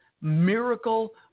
miracle